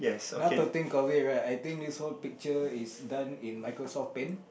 now to think of it right I think this whole picture is done in Microsoft paint